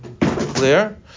clear